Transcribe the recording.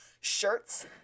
shirts